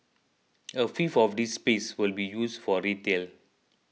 a fifth of this space will be used for retail